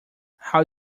how